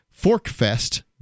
Forkfest